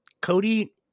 Cody